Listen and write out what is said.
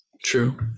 true